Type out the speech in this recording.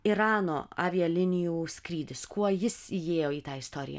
irano avialinijų skrydis kuo jis įėjo į tą istoriją